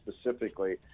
specifically